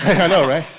hello ray.